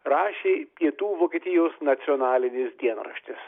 rašė pietų vokietijos nacionalinis dienraštis